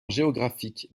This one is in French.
géographique